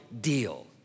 deal